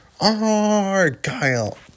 Argyle